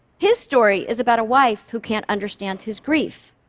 his story is about a wife who can't understand his grief.